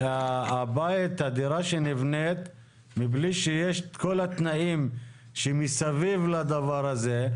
שהדירה שנבנית מבלי שיש את כל התנאים שמסביב לדבר הזה,